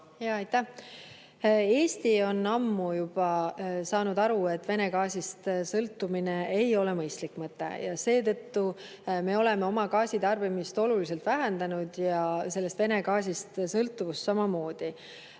Eesti on ammu juba saanud aru, et Vene gaasist sõltumine ei ole mõistlik mõte, ja seetõttu me oleme oma gaasitarbimist oluliselt vähendanud ja Vene gaasist sõltuvust samamoodi.